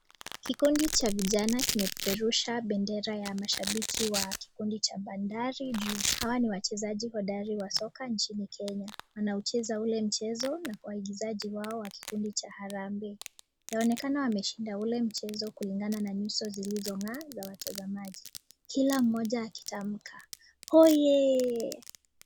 Kikundi cha vijana kimepeperusha bendera ya mashabiki wa kikundi cha bandari juu, hawa ni wachezaji hodari wa soka nchini Kenya ,wanaucheza ule mchezo na waagizaji wao wa kikundi cha Harambe, inaonekana wameshinda ule mchezo kulingana na nyuso zilizong'aa za watazamaji ,kila mmoja akitamka ,hoiyee!